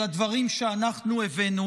אלא דברים שאנחנו הבאנו.